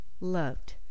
loved